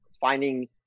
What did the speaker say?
finding